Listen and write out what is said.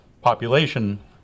population